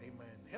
Amen